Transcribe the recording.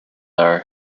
are